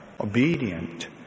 obedient